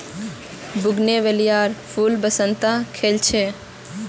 बोगनवेलियार फूल बसंतत खिल छेक